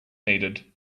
needed